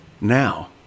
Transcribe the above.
now